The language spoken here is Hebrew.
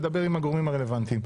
לדבר עם הגורמים הרלוונטיים.